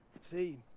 see